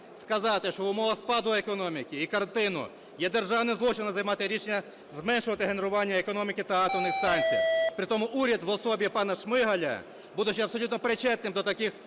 що в умовах спаду економіки і карантину є державним злочином займати рішення зменшувати генерування економіки та атомних станцій. При тому уряд в особі пана Шмигаля, будучі абсолютно причетним до таких